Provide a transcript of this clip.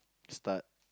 start